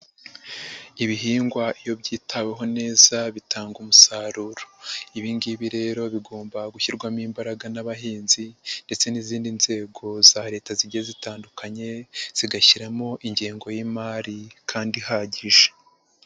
Ibihingwa iyo byitaweho neza bitanga umusaruro. Ibi ngibi rero bigomba gushyirwamo imbaraga n'abahinzi ndetse n'izindi nzego za leta zigiye zitandukanye, zigashyiramo ingengo y'imari kandi ihagije.